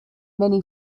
many